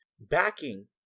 backing